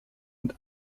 und